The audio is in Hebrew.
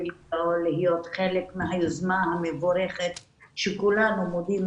להיות חלק מהיוזמה המבורכת שכולנו מודים